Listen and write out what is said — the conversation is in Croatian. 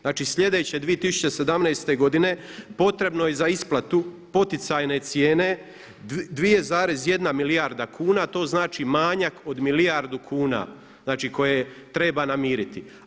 Znači sljedeće 2017. godine potrebno je za isplatu poticajne cijene 2,1 milijarda kuna a to znači manjak od milijardu kuna, znači koje treba namiriti.